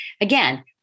again